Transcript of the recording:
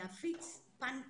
ולהפיץ פן חיובי,